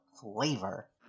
flavor